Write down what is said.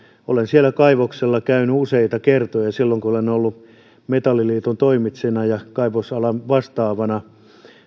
olen siellä kaivoksella käynyt useita kertoja silloin kun olen ollut metalliliiton toimitsijana ja kaivosalan vastaavana